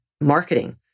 marketing